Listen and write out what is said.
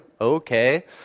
okay